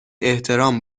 احترام